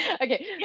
Okay